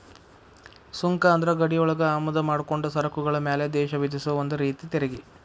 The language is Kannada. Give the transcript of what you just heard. ಸುಂಕ ಅಂದ್ರ ಗಡಿಯೊಳಗ ಆಮದ ಮಾಡ್ಕೊಂಡ ಸರಕುಗಳ ಮ್ಯಾಲೆ ದೇಶ ವಿಧಿಸೊ ಒಂದ ರೇತಿ ತೆರಿಗಿ